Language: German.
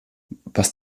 was